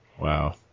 wow